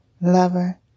lover